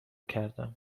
کردم